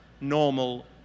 normal